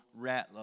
Ratliff